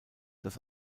das